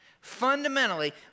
Fundamentally